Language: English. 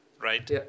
right